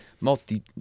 multi